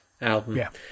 album